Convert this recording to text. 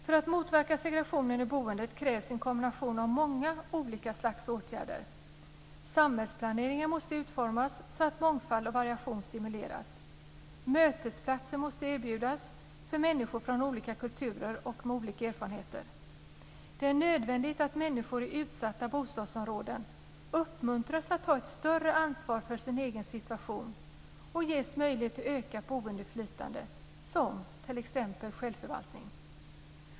För att motverka segregationen i boendet krävs en kombination av många olika slags åtgärder. Samhällsplaneringen måste utformas så att mångfald och variation stimuleras. Mötesplatser måste erbjudas för människor från olika kulturer och med olika erfarenheter. Det är nödvändigt att människor i utsatta bostadsområden uppmuntras att ta ett större ansvar för sin egen situation och ges möjlighet till ökat boendeinflytande som t.ex. självförvaltning.